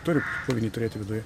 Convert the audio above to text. turi puvinį turėti viduje